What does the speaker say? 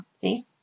see